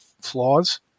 flaws